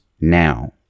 now